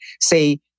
say